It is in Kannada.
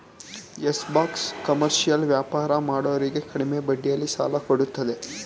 ಯಸ್ ಬ್ಯಾಂಕ್ ಕಮರ್ಷಿಯಲ್ ವ್ಯಾಪಾರ ಮಾಡೋರಿಗೆ ಕಡಿಮೆ ಬಡ್ಡಿಯಲ್ಲಿ ಸಾಲ ಕೊಡತ್ತದೆ